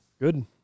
Good